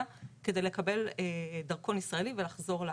כדי לקבל דרכון ישראלי ולחזור לארץ.